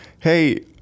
Hey